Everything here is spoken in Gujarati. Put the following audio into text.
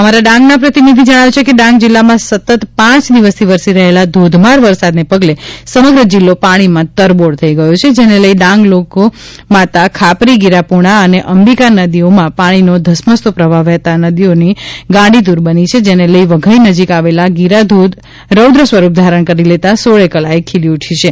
અમારા ડાંગના પ્રતિનિધિ જજ્ઞાવે છે કે ડાંગ જિલ્લામાં સતત પાંચ દિવસથી વરસી રહેલા ધોધમાર વરસાદને પગલે સમગ્ર જિલ્લો પાણીમાં તરબોળ થઇ ગયો છે જેને લઇ ડાંગ લોક માતા ખાપરી ગીરા પૂર્ણા અને અંબિકા નદીઓમાં પાણીનો ધસમસતો પ્રવાહ વહેતા નદીઓ ગાંડીતુર બની છે જેને લઇ વઘઇ નજીક આવલ ગીરોધોધ રૌદ્ર સ્વરૂપ ધારણ કરી લેતા સોળે કળાએ ખીલી ઉઢ્યો છે